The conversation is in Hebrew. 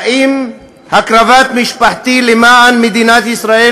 האם הקרבת משפחתי למען מדינת ישראל